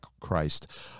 Christ